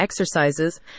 exercises